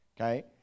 okay